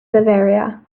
bavaria